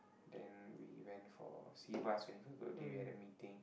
then we went for siva's twenty first birthday we had a meeting